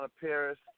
Paris